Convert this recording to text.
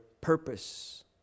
purpose